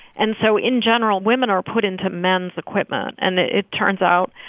and so in general, women are put into men's equipment. and it turns out,